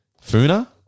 Funa